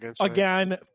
Again